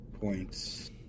Points